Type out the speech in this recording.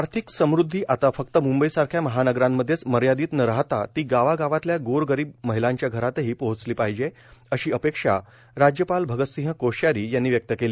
आर्थिक समुद्धी आता फक्त मुंबईसारख्या महानगरांमध्येच मर्यादीत न राहता ती गावागावातल्या गोरगरीब महिलांच्या घरातही पोहोचली पाहिजे अशी अपेक्षा राज्यपाल भगत सिंह कोश्यारी यांनी व्यक्त केली